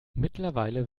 mittlerweile